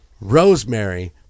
Rosemary